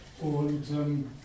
Und